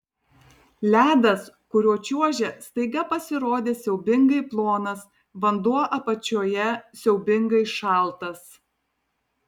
ledas kuriuo čiuožė staiga pasirodė siaubingai plonas vanduo apačioje siaubingai šaltas